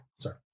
Sorry